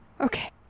Okay